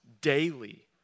daily